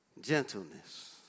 gentleness